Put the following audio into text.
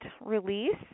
release